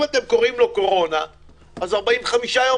אם אתם קוראים לו קורונה אז 45 יום